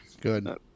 good